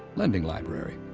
lending library,